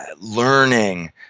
learning